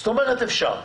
זאת אומרת, זה אפשרי.